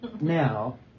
now